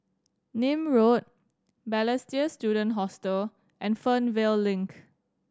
Nim Road Balestier Student Hostel and Fernvale Link